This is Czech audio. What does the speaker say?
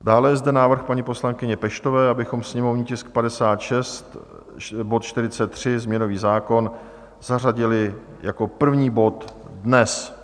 Dále je zde návrh paní poslankyně Peštové, abychom sněmovní tisk 56, bod 43, změnový zákon, zařadili jako první bod dnes.